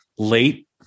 late